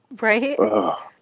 right